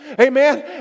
amen